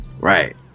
Right